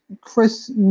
Chris